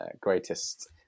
greatest